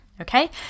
okay